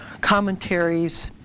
commentaries